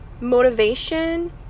motivation